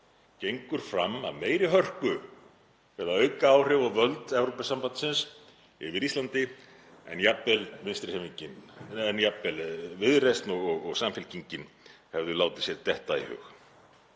gengur fram af meiri hörku til að auka áhrif og völd Evrópusambandsins yfir Íslandi en jafnvel Viðreisn og Samfylkingin hefðu látið sér detta í hug